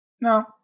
No